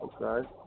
Okay